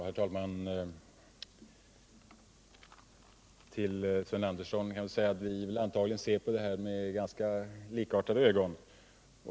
Herr talman! Till herr Andersson i Örebro vill jag säga att han och jag antagligen ser på denna fråga med ganska likartade ögon.